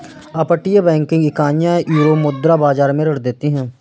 अपतटीय बैंकिंग इकाइयां यूरोमुद्रा बाजार में ऋण देती हैं